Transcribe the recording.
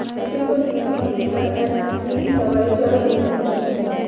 बकरी को निमोनिया होने पर एंपसलीन दवाई चार दिन देनी पड़ती है